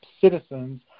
citizens